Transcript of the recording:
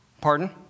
Pardon